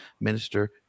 minister